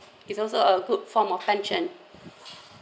it's also a good form of pension